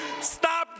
Stop